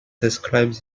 described